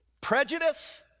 Prejudice